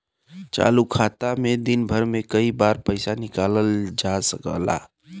चालू खाता में दिन भर में कई बार पइसा निकालल जा सकल जाला